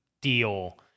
deal